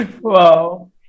Wow